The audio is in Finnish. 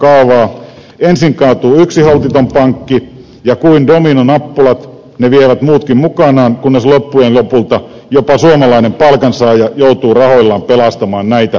ensin kaatuu yksi holtiton pankki ja kuin dominonappula se vie muutkin mukanaan kunnes loppujen lopulta jopa suomalainen palkansaaja joutuu rahoillaan pelastamaan näitä kasinokapitalisteja